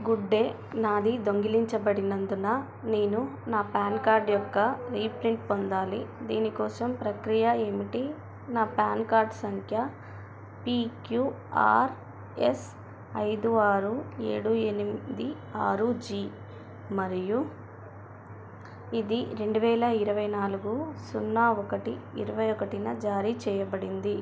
good day నాది దొంగిలించబడినందున నేను నా పాన్ కార్డ్ యొక్క రీప్రింట్ పొందాలి దీని కోసం ప్రక్రియ ఏమిటి నా పాన్ కార్డ్ సంఖ్య పీ క్యూ ఆర్ ఎస్ ఐదు ఆరు ఏడు ఎనిమిది ఆరు జీ మరియు ఇది రెండు వేల ఇరవై నాలుగు సున్నా ఒకటి ఇరవై ఒకటిన జారీ చేయబడింది